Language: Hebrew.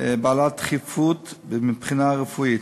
דחופה מבחינה רפואית.